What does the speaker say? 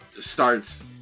starts